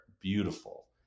beautiful